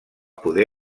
poder